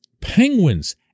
Penguins